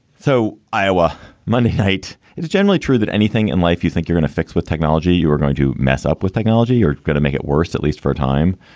so iowa monday night, it is generally true that anything in life you think you're in a fix with technology, you are going to mess up with technology. you're going to make it worse, at least for a time.